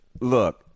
look